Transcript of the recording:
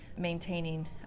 maintaining